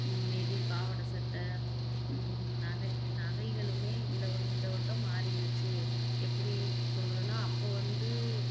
மெடி பாவாடைசட்ட நகை நகைகளுமே இந்த ஒன் இந்த வட்டம் மாறிடுச்சு எப்படி சொல்கிறேனா அப்போ வந்து